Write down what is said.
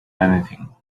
anything